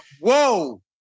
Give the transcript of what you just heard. Whoa